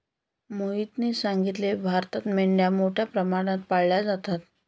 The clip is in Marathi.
मोहितने सांगितले, भारतात मेंढ्या मोठ्या प्रमाणात पाळल्या जातात